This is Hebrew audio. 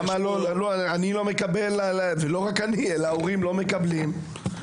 למה אני וההורים לא מקבלים דוח מפורט?